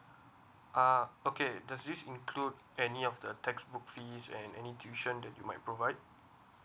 uh okay does this include any of the textbooks fee any tuition that you might provide